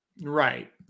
Right